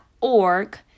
org